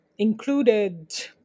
included